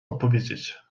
odpowiedzieć